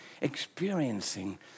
experiencing